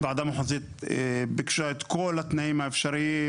ועדה מחוזית ביקשה את כל התנאים האפשריים,